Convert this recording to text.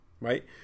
right